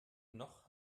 noch